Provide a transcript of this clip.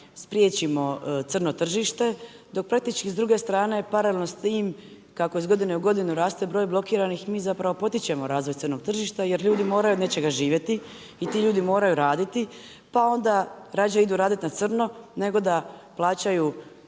spriječimo crno tržište dok praktički s druge strane paralelno s tim kako iz godine u godinu raste broj blokiranih mi zapravo potičemo razvoj crnog tržišta jer ljudi moraju od nečega živjeti i ti ljudi moraju raditi. Pa onda rađe idu raditi na crno, nego da plaćaju